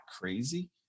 crazy